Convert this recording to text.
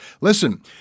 Listen